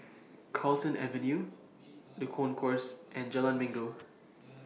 Carlton Avenue The Concourse and Jalan Minggu